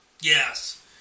Yes